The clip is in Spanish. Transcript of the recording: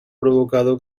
provocado